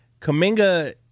Kaminga